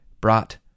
brought